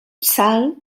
salt